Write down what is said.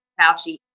Fauci